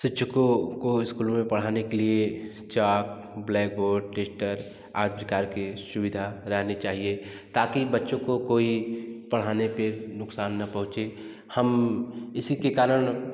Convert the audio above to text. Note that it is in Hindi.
शिक्षको को स्कूल में पढ़ाने के लिए चार ब्लैकबोर्ड डेस्टर आज कल की सुविधा लानी चाहिए ताकि बच्चों को कोई पढ़ाने पर नुक़सान ना पहुंचे हम इसी के कारण